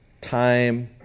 time